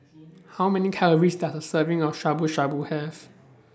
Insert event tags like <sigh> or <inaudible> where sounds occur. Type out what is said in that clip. <noise> How Many Calories Does A Serving of Shabu Shabu Have